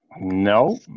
No